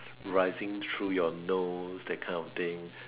rising through your nose that kind of thing